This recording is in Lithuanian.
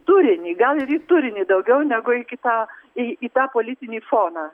turinį gal ir į turinį daugiau negu iki tą į į tą politinį foną